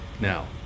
Now